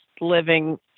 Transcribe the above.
living